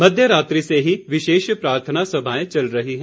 मध्यरात्रि से ही विशेष प्रार्थना सभाएं चल रही हैं